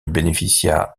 bénéficia